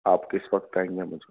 آپ کس وقت آئیں گے